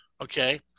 Okay